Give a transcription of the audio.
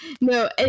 No